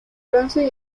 bronce